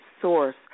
source